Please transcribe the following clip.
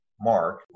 mark